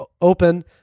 open